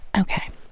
okay